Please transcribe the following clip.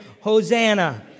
Hosanna